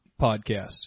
podcast